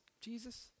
Jesus